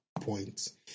points